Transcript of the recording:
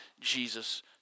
Jesus